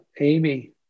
Amy